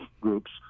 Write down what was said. groups